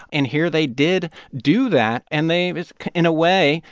and here, they did do that. and they in a way,